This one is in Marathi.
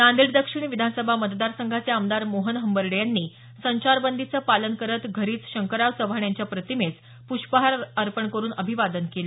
नांदेड दक्षिण विधानसभा मतदार संघाचे आमदार मोहन हंबर्डे यांनी संचारबंदीचं पालन करत घरीच शंकरराव चव्हाण यांच्या प्रतिमेस प्रष्पहार अर्पण करून अभिवादन केलं